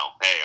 hey